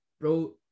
bro